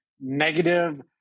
negative